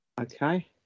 Okay